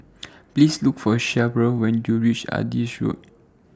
Please Look For Cheryll when YOU REACH Adis Road